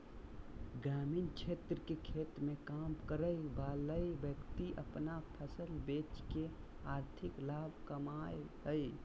ग्रामीण क्षेत्र के खेत मे काम करय वला व्यक्ति अपन फसल बेच के आर्थिक लाभ कमाबय हय